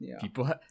people